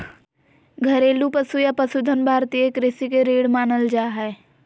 घरेलू पशु या पशुधन भारतीय कृषि के रीढ़ मानल जा हय